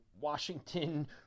Washington